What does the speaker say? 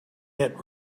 hit